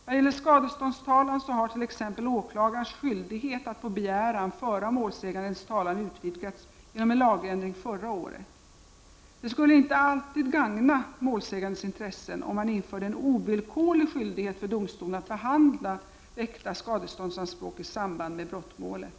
Vad gäller skadeståndstalan så har t.ex. åklagarnas skyldighet att på begäran föra målsägandens talan utvidgats genom en lagändring förra året. Det skulle inte alltid gagna målsägandens intressen, om man införde en ovillkorlig skyldighet för domstolen att behandla väckta skadeståndsanspråk i samband med brottmålet.